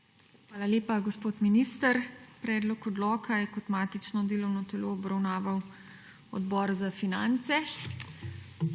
Hvala lepa, gospod minister. Predlog odloka je kot matično delovno telo obravnaval Odbor za finance.